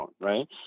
Right